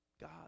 God